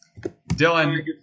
Dylan